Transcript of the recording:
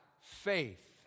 faith